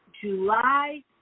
July